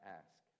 ask